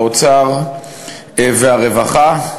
האוצר והרווחה.